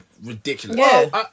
ridiculous